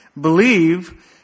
Believe